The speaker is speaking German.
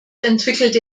entwickelte